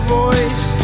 voice